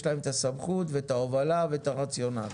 יש להם את הסמכות ואת ההובלה ואת הרציונל.